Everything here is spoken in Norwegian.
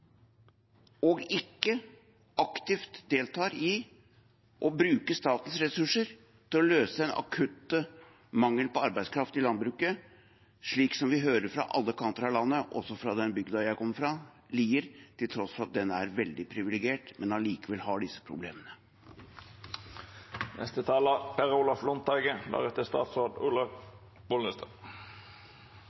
og ikke aktivt deltar og bruker statens ressurser til å løse den akutte mangelen på arbeidskraft i landbruket, slik som vi hører fra alle kanter av landet, også fra den bygda jeg kommer fra, Lier, til tross for at den er veldig privilegert, men allikevel har disse problemene.